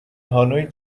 هانوی